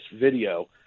video